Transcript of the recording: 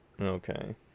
Okay